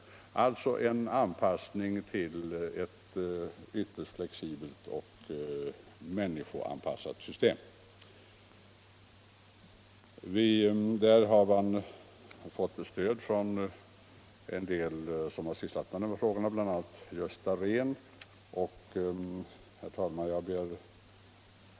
Det är alltså fråga om ett ytterst flexibelt och människoanpassat system. På den här punkten har vi fått stöd av en del personer som ingående har sysslat med hithörande frågor, bl.a. Gösta Rehn. Herr talman!